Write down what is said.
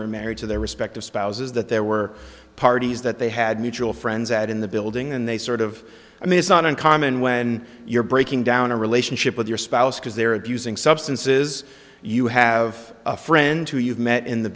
were married to their respective spouses that there were parties that they had mutual friends at in the building and they sort of i mean it's not uncommon when you're breaking down a relationship with your spouse because they're abusing substances you have a friend who you've met